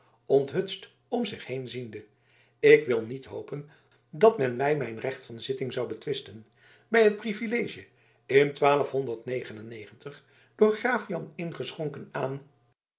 onthutst om zich heen ziende ik wil niet hopen dat men mij mijn recht van zitting zou betwisten bij het privilege in door graaf jan i geschonken aan